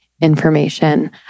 information